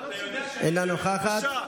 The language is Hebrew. אינה נוכחת.